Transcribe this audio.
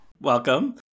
Welcome